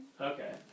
Okay